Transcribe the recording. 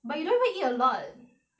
but you don't even eat a lot